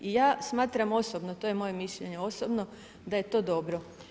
I ja smatram osobno, to je moje mišljenje, osobno, da je to dobro.